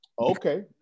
Okay